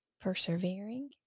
persevering